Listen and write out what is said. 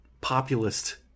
populist